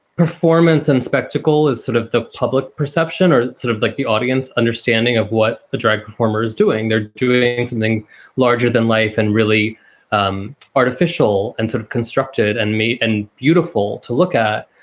performance and spectacle is sort of the public perception or sort of like the audience understanding of what the drag performer is doing there, doing something larger than life and really um artificial and sort of constructed and made and beautiful to look at.